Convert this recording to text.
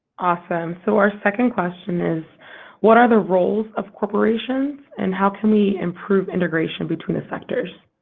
awesome. so, our second question is what are the roles of corporations and how can we improve integration between the sectors?